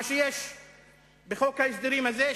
מה שיש בחוק ההסדרים הזה,